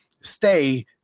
stay